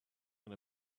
and